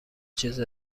چیز